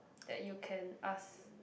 that you can ask